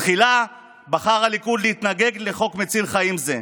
תחילה בחר הליכוד להתנגד לחוק מציל חיים זה,